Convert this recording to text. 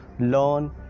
learn